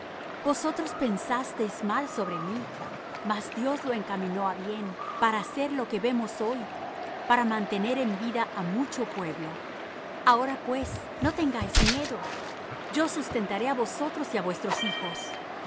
vosotros pensasteis mal sobre mí mas dios lo encaminó á bien para hacer lo que vemos hoy para mantener en vida á mucho pueblo ahora pues no tengáis miedo yo os sustentaré á vosotros y á vuestros hijos